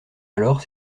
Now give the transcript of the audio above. alors